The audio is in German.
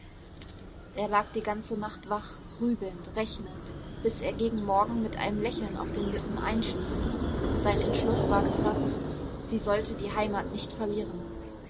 er lag die ganze nacht wach grübelnd rechnend bis er gegen morgen mit einem lächeln auf den lippen einschlief sein entschluß war gefaßt sie sollte die heimat nicht verlieren